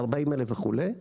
40,000 וכולי.